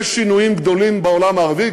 יש שינויים גדולים בעולם הערבי,